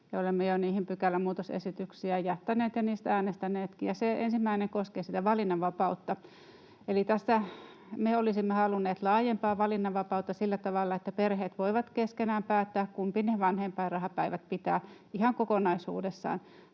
olemme niihin pykälämuutosesityksiä jo jättäneet ja niistä äänestäneet. Ensimmäinen koskee sitä valinnanvapautta, eli tässä me olisimme halunneet laajempaa valinnanvapautta sillä tavalla, että perheet voivat keskenään päättää, kumpi ne vanhempainrahapäivät pitää ihan kokonaisuudessaan.